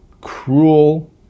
cruel